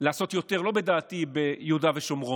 לעשות יותר, לא בדעתי, ביהודה ושומרון,